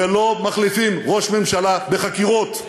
ולא מחליפים ראש ממשלה בחקירות.